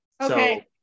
okay